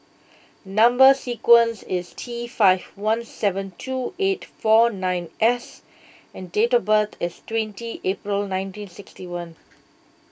Number Sequence is T five one seven two eight four nine S and date of birth is twenty April nineteen sixty one